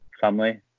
family